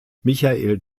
michael